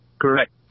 Correct